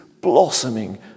blossoming